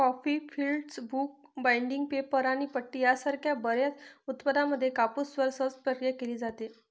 coffee filters, book binding, paper आणि पट्टी यासारख्या बर्याच उत्पादनांमध्ये कापूसवर सहज प्रक्रिया केली जाते